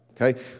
Okay